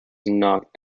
knocked